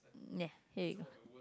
yeah here you go